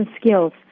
skills